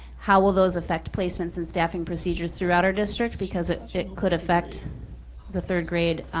how will those effect placements and staffing procedures throughout our district, because it could effect the third grade